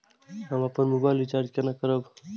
हम अपन mobile recharge केना करब?